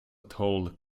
told